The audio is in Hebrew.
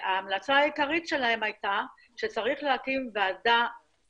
המלצתם העיקרית היתה שיש להקים ועדה